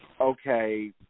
okay